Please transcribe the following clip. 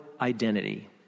identity